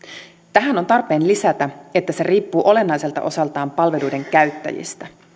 tähän on tarpeen lisätä että se riippuu olennaiselta osaltaan palveluiden käyttäjistä